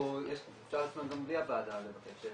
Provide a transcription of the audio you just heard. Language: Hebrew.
אפשר גם בלי הוועדה לבקש נתונים,